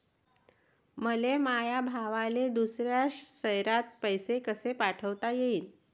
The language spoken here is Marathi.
मले माया भावाले दुसऱ्या शयरात पैसे कसे पाठवता येईन?